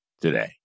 today